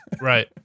Right